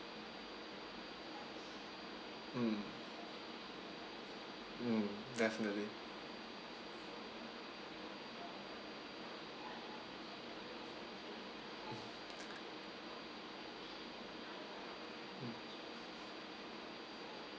mm mm definitely